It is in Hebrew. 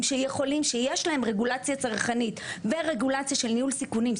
שיש להם רגולציה צרכנית ורגולציה של ניהול סיכונים,